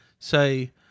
Say